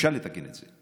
אפשר לתקן את זה,